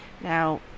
Now